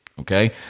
okay